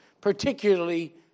particularly